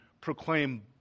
proclaim